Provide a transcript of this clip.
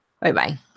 Bye-bye